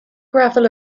gravel